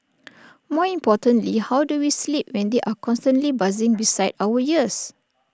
more importantly how do we sleep when they are constantly buzzing beside our ears